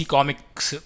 Comics